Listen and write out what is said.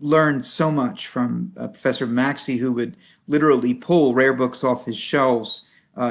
learned so much from ah professor macksey, who would literally pull rare books off his selves